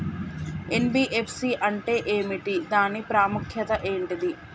NBFC అంటే ఏమిటి దాని ప్రాముఖ్యత ఏంటిది?